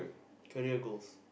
career goals